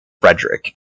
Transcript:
frederick